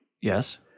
Yes